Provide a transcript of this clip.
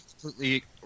completely